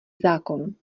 zákon